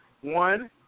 one